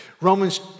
Romans